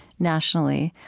nationally.